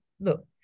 look